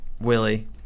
Willie